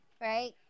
right